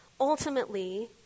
Ultimately